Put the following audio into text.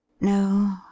No